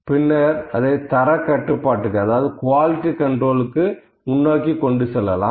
பின்னர் அதை தரக்கட்டுப்பாட்டுக்கு அதாவது குவாலிட்டி கண்ட்ரோல் முன்னோக்கி கொண்டு செல்லலாம்